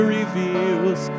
reveals